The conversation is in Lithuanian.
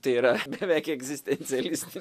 tai yra beveik egzistencialistin